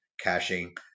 caching